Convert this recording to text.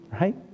Right